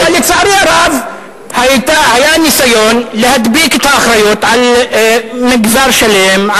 אבל לצערי הרב היה ניסיון להדביק את האחריות על מגזר שלם,